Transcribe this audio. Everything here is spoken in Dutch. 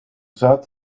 zat